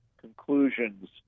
conclusions